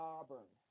Auburn